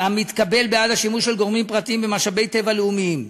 המתקבל בעד השימוש של גורמים פרטיים במשאבי טבע לאומיים.